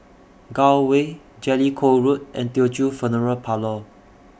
Gul Way Jellicoe Road and Teochew Funeral Parlour